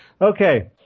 Okay